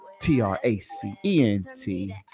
T-R-A-C-E-N-T